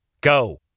Go